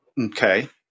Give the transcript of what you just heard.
Okay